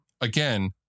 again